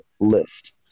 list